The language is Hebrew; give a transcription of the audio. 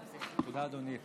תודה, אדוני.